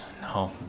No